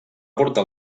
portar